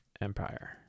Empire